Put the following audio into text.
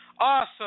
Awesome